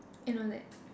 and all that